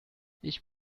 ich